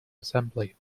assembly